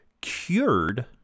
cured